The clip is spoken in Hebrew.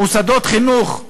מוסדות חינוך,